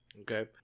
okay